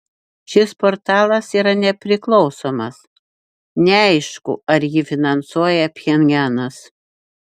šis portalas yra nepriklausomas neaišku ar jį finansuoja pchenjanas